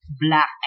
black